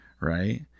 Right